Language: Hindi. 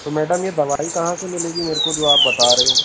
तो मैडम ये दवाई कहाँ से मिलेगी मेरे को जो आप बता रहे हो